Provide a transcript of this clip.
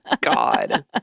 God